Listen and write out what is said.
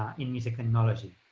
in music technology.